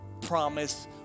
promise